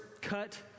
cut